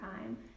time